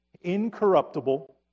incorruptible